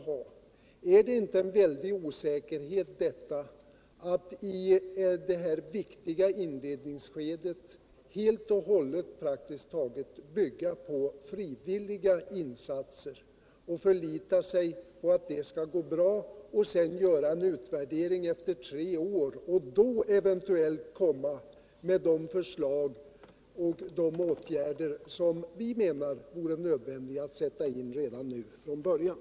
Ligger det inte en väldig osäkerhet i att i det viktiga inledningsskedet praktiskt taget helt bygga på frivilliga insatser och förlita sig på att det skall gå bra och sedan göra en utvärdering efter tre år och då eventuellt komma med de förslag och de åtgärder som vi menar vore nödvändiga att sätta in redan från början?